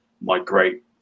migrate